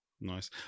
Nice